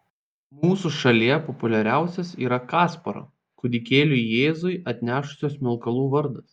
mūsų šalyje populiariausias yra kasparo kūdikėliui jėzui atnešusio smilkalų vardas